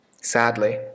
Sadly